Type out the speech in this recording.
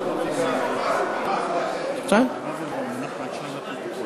בבקשה להוסיף אותנו.